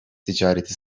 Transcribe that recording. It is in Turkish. ticareti